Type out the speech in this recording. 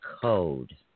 code